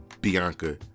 Bianca